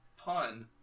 pun